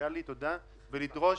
ולדרוש